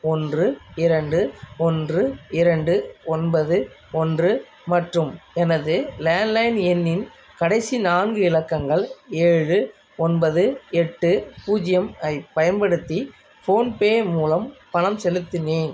ஒன்று இரண்டு ஒன்று இரண்டு ஒன்பது ஒன்று மற்றும் எனது லேண்ட் லைன் எண்ணின் கடைசி நான்கு இலக்கங்கள் ஏழு ஒன்பது எட்டு பூஜ்ஜியம் ஐப் பயன்படுத்தி ஃபோன்பே மூலம் பணம் செலுத்தினேன்